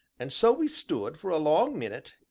and so we stood, for a long minute,